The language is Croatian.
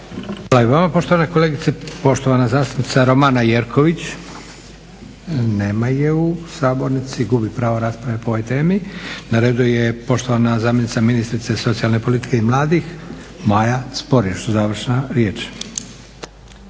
Hvala i vama poštovana kolegice. Poštovana zastupnica Romana Jerković. Nema je u sabornici, gubi pravo rasprave po ovoj temi. Na redu je poštovana zamjenica ministrice socijalne politike i mladih, Maja Sporiš, završna riječ.